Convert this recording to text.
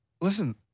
listen